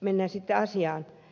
mennään sitten asiaan